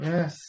Yes